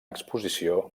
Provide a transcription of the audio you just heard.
exposició